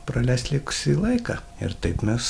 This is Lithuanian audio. praleist likusį laiką ir taip mes